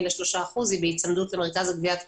ל-3% היא בהיצמדות למרכז לגביית קנסות,